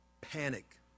panic